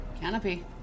Canopy